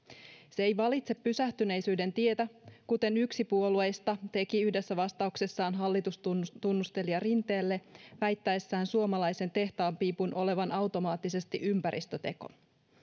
se ei valitse pysähtyneisyyden tietä kuten yksi puolueista teki väittäessään yhdessä vastauksessaan hallitustunnustelija rinteelle suomalaisen tehtaanpiipun olevan automaattisesti ympäristöteko